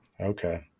Okay